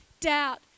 Doubt